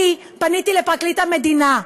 אני פניתי לפרקליט המדינה,